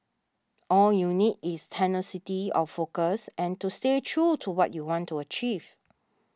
all you need is tenacity of focus and to stay true to what you want to achieve